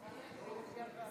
האישה.